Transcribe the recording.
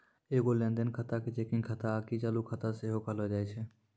एगो लेन देन खाता के चेकिंग खाता आकि चालू खाता सेहो कहलो जाय छै